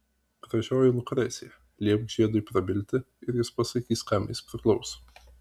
gražioji lukrecija liepk žiedui prabilti ir jis pasakys kam jis priklauso